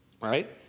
right